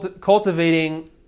cultivating